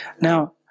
Now